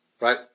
right